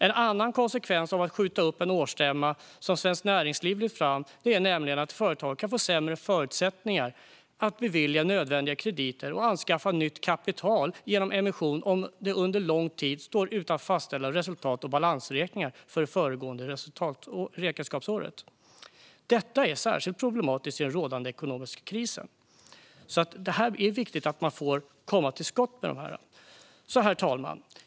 En annan konsekvens av att skjuta upp en årsstämma som Svenskt Näringsliv har lyft fram är att ett företag kan få sämre förutsättningar att beviljas nödvändiga krediter och anskaffa nytt kapital genom emission om det under lång tid står utan fastställda resultat och balansräkningar för det föregående räkenskapsåret. Detta är särskilt problematiskt i den rådande ekonomiska krisen. Det är viktigt att man får komma till skott med det här. Herr talman!